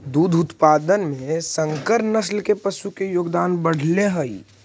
दुग्ध उत्पादन में संकर नस्ल के पशु के योगदान बढ़ले हइ